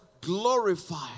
glorify